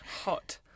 Hot